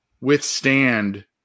withstand